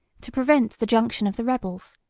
to prevent the junction of the rebels.